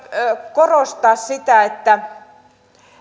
korostaa sitä että